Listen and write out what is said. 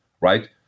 right